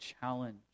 challenge